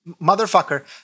motherfucker